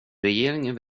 regeringen